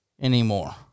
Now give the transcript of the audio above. anymore